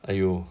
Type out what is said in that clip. !aiyo!